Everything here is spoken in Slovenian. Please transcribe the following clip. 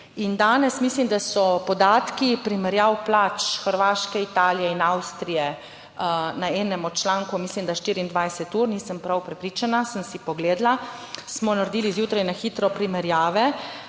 in danes mislim, da so podatki primerjav plač Hrvaške, Italije in Avstrije na enem od člankov, mislim, da 24 ur, nisem prav prepričana, sem si pogledala, smo naredili zjutraj, na hitro primerjave.